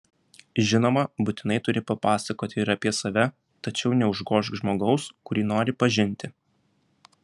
žinoma būtinai turi papasakoti ir apie save tačiau neužgožk žmogaus kurį nori pažinti